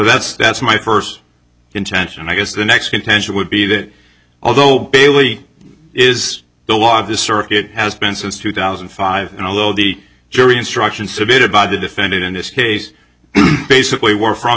that's that's my first intention and i guess the next contention would be that although bailey is the officer it has been since two thousand and five and although the jury instructions submitted by the defendant in this case basically were from